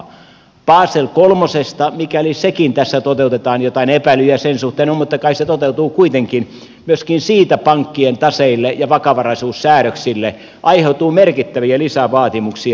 myöskin basel iiista mikäli sekin tässä toteutetaan jotain epäilyjä sen suhteen on mutta kai se toteutuu kuitenkin pankkien taseille ja vakavaraisuussäädöksille aiheutuu merkittäviä lisävaatimuksia